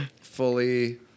fully